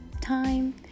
time